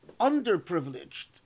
underprivileged